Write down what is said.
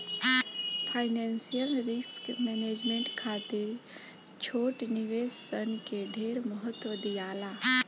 financial risk management खातिर छोट निवेश सन के ढेर महत्व दियाला